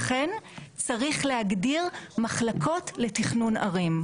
אכן צריך להגדיר מחלקות לתכנון ערים.